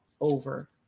over